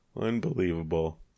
Unbelievable